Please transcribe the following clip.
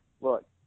look